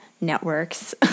networks